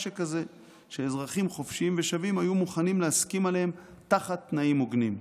שכזה שאזרחים חופשיים ושווים היו מוכנים להסכים עליהם תחת תנאים הוגנים.